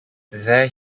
there